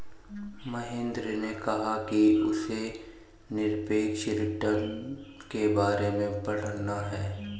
महेंद्र ने कहा कि उसे निरपेक्ष रिटर्न के बारे में पढ़ना है